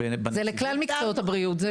זה לכלל מקצועות הבריאות.